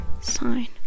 sign